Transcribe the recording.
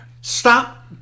Stop